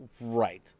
Right